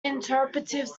interpretive